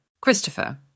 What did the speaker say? Christopher